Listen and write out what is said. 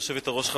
גברתי היושבת-ראש,